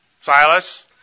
Silas